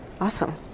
Awesome